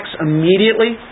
immediately